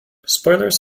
spoilers